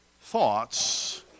thoughts